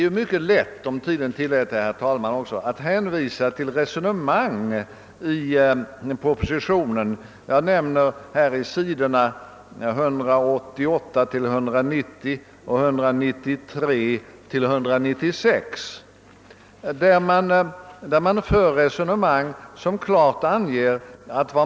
Jag kan här t.ex. hänvisa till vad departementschefen skriver på sidorna 180—190 samt 193— 196 i proposition nr 141.